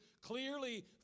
clearly